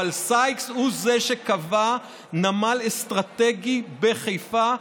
אבל סייקס הוא זה שקבע נמל אסטרטגי בחיפה,